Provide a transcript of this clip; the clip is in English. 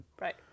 Right